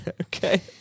Okay